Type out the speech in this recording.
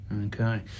Okay